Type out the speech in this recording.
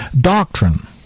doctrine